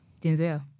Denzel